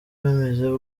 bameze